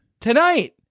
Tonight